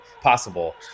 possible